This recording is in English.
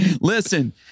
Listen